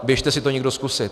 Běžte si to někdo zkusit.